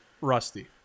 rusty